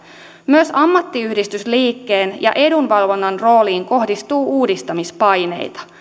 myös ammattiyhdistysliikkeen ja edunvalvonnan rooliin kohdistuu uudistamispaineita